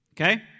Okay